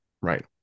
Right